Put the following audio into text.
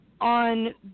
on